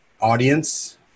audience